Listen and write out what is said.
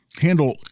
handle